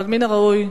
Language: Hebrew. אבל מן הראוי,